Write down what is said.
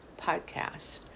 podcast